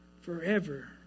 forever